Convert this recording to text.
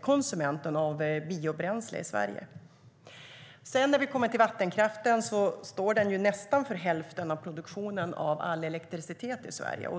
konsumenten av biobränsle i Sverige. Vattenkraften står för nästan hälften av all produktion av elektricitet i Sverige.